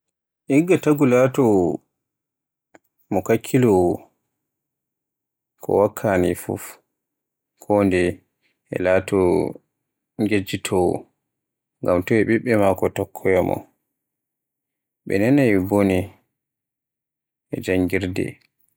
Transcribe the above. Igga taagu laato kakkilantowo ko wakkani fuf kondeye e laato ngejjitowo, ngam toy ɓeɓɓe maako tokkoyaamo, ɓe nanaai bone e janngirde.